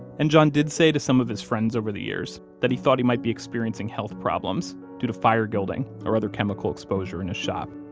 and john did say to some of his friends over the years that he thought he might be experiencing health problems due to fire guilding or other chemical exposure in his shop.